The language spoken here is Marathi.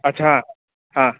अच्छा हां